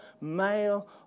male